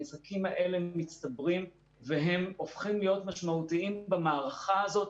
הנזקים האלה מצטברים והם הופכים להיות משמעותיים במערכה הזאת.